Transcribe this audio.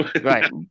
Right